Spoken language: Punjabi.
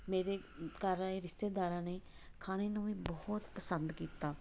ਮੇਰੇ ਘਰ ਆਏ ਰਿਸ਼ਤੇਦਾਰਾਂ ਨੇ ਖਾਣੇ ਨੂੰ ਵੀ ਬਹੁਤ ਪਸੰਦ ਕੀਤਾ